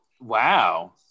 wow